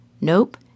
Nope